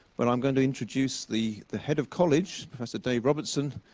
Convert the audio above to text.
but i'm going to introduce the the head of college, professor dave robertson,